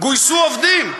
גויסו עובדים.